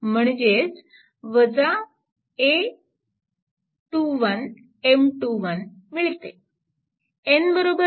म्हणजेच a21M21 मिळते